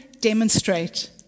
demonstrate